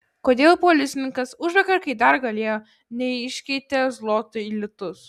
kodėl policininkas užvakar kai dar galėjo neiškeitė zlotų į litus